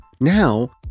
Now